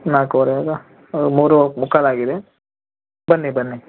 ನಾಲ್ಕುವರೆಗಾ ಮೂರು ಮುಕ್ಕಾಲಾಗಿದೆ ಬನ್ನಿ ಬನ್ನಿ